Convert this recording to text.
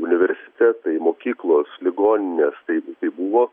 universitetai mokyklos ligoninės tai tai buvo